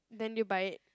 then did you buy it